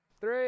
Three